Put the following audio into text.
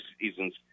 seasons